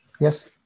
Yes